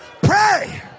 Pray